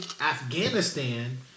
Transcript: Afghanistan